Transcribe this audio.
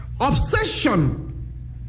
obsession